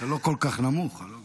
אתה לא כל כך נמוך, אלון.